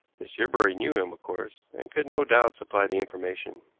miss yerbury knew him, of course, and could no doubt supply the information.